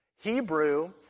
Hebrew